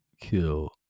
kill